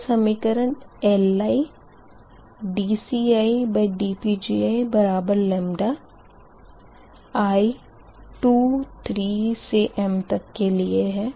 यह समीकरण LidCidPgiλ i23m के लिए है